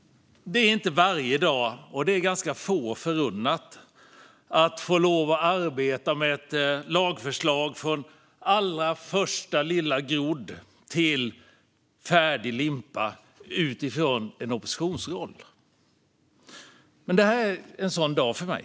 Det är inte varje dag, och få förunnat, att utifrån en oppositionsroll få arbeta med ett lagförslag från allra första lilla grodd till färdig limpa. Det här är en sådan dag för mig.